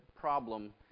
problem